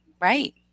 Right